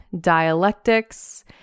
dialectics